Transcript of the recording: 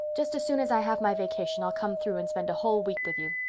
just as soon as i have my vacation i'll come through and spend a whole week with you.